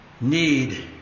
need